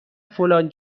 فلان